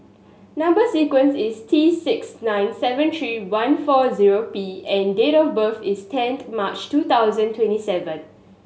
number sequence is T six nine seven three one four zero P and date of birth is tenth March two thousand twenty seven